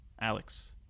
Alex